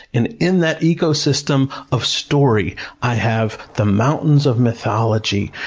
and in that ecosystem of story i have the mountains of mythology,